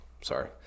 Sorry